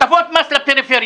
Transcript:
הטבות מס לפריפריה.